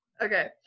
Okay